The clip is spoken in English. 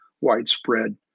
widespread